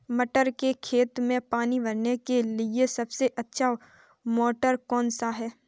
मटर के खेत में पानी भरने के लिए सबसे अच्छा मोटर कौन सा है?